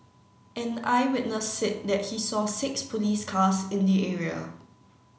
an eyewitness said that he saw six police cars in the area